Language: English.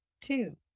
two